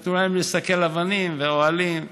נתנו להם לסקל אבנים, ואוהלים.